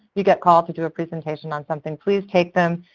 you get calls to do a presentation on something, please take them,